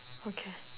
okay